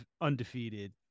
undefeated